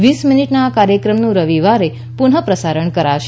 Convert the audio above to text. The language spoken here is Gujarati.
વીસ મિનીટના આ કાર્યક્રમનું રવિવારે પુનઃ પ્રસારણ કરાશે